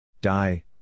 Die